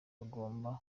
bagomba